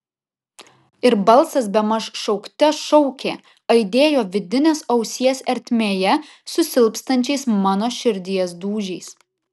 ir balsas bemaž šaukte šaukė aidėjo vidinės ausies ertmėje su silpstančiais mano širdies dūžiais